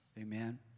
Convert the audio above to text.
Amen